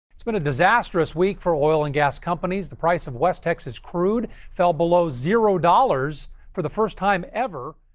it's been a disastrous week for oil and gas companies. the price of west texas crude fell below zero dollars for the first time ever.